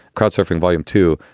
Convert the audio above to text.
couch-surfing volume two.